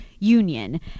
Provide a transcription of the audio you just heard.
Union